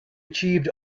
achieved